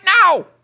now